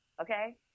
okay